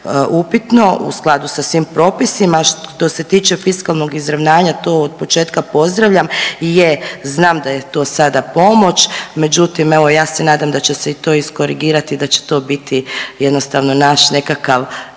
u skladu sa svim propisima. Što se tiče fiskalnom izravnanja to od početka pozdravljam. Je znam da je to sada pomoć, međutim evo ja se nadam da će se i to iskorigirati i da će to biti jednostavno naš nekakav